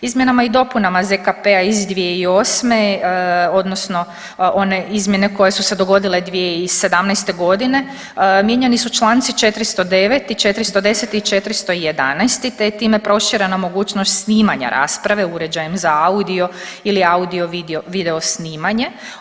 Izmjenama i dopunama ZKP-a iz 2008. odnosno one izmjene koje su se dogodile 2017. godine mijenjani su Članci 409. i 410. i 411. te je time proširena mogućnost snimanja rasprave uređajem za audio ili audio-video snimanje.